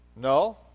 No